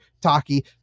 Taki